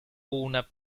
una